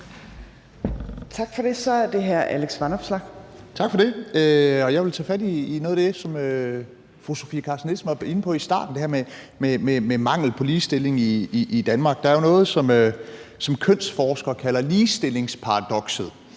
Vanopslagh. Kl. 14:15 Alex Vanopslagh (LA): Tak for det. Jeg vil tage fat i noget af det, som fru Sofie Carsten Nielsen var inde på i starten, om mangel på ligestilling i Danmark. Der er jo noget, som kønsforskere kalder ligestillingsparadokset.